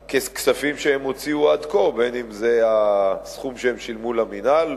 הכספים שהם הוציאו עד כה: הסכום שהם שילמו למינהל,